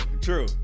true